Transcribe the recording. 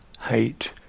hate